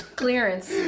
clearance